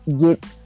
get